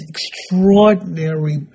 extraordinary